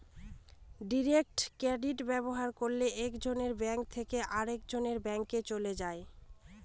direct credit ব্যবহার করলে এক জনের ব্যাঙ্ক থেকে আরেকজনের ব্যাঙ্কে চলে যায়